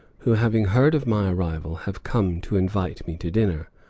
having heard of my arrival, have come to invite me to dinner.